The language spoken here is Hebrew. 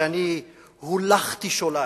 שאני הולכתי שולל,